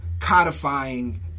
codifying